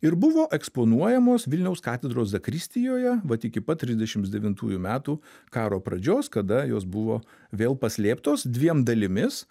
ir buvo eksponuojamos vilniaus katedros zakristijoje vat iki pat trisdešimt devintųjų metų karo pradžios kada jos buvo vėl paslėptos dviem dalimis